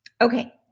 Okay